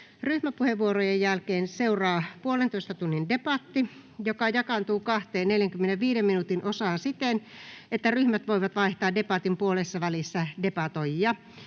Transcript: Ryhmäpuheenvuorojen jälkeen seuraa puolentoista tunnin debatti, joka jakaantuu kahteen 45 minuutin osaan siten, että ryhmät voivat vaihtaa debatin puolessavälissä debatoijia.